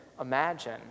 imagine